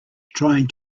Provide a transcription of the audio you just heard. trying